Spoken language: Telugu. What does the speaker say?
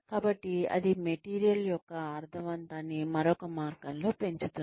కాబట్టి అది మెటీరియల్ యొక్క అర్ధవంతాన్ని మరొక మార్గం లో పెంచుతుంది